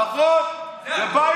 בזה